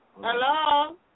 Hello